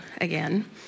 again